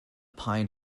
pine